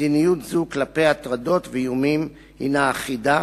מדיניות זו כלפי הטרדות ואיומים הינה אחידה